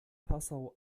passau